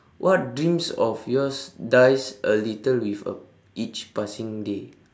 what dreams of yours dies a little with uh each passing day